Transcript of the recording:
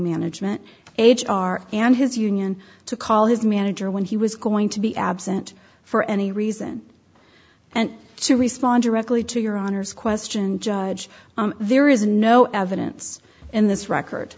management age our and his union to call his manager when he was going to be absent for any reason and to respond directly to your honor's question judge there is no evidence in this record